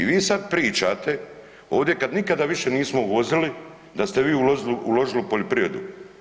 I vi sad pričate ovdje kad nikada više nismo uvozili da ste vi uložili u poljoprivredu.